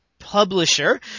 publisher